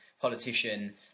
politician